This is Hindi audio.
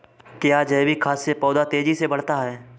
क्या जैविक खाद से पौधा तेजी से बढ़ता है?